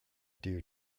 dear